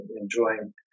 enjoying